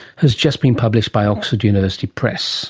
has just been published by oxford university press